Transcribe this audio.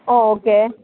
okay